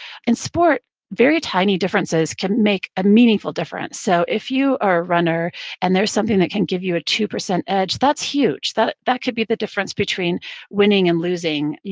in sport, very tiny differences can make a meaningful difference. so if you are a runner and there's something that can give you a two percent edge, that's huge. that that could be the difference between winning and losing,